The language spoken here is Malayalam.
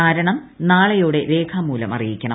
കാരണം നാളെയോടെ രേഖാമൂല്ം അറിയിക്കണം